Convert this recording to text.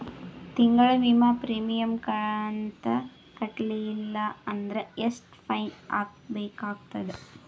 ತಿಂಗಳ ವಿಮಾ ಪ್ರೀಮಿಯಂ ಕಂತ ಕಟ್ಟಲಿಲ್ಲ ಅಂದ್ರ ಎಷ್ಟ ಫೈನ ಕಟ್ಟಬೇಕಾಗತದ?